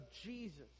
Jesus